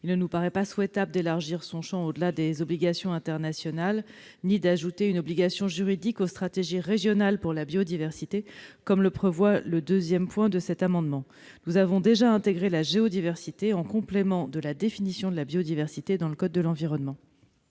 Il ne nous paraît pas souhaitable d'élargir son champ au-delà des obligations internationales ni d'ajouter une obligation juridique aux stratégies régionales pour la biodiversité, comme le prévoit le deuxième point de cet amendement. Nous avons déjà intégré la géodiversité en complément de la définition de la biodiversité dans le code de l'environnement.